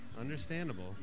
Understandable